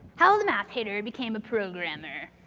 how the math hater became a programmer.